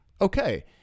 Okay